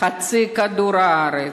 חצי כדור הארץ,